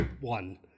one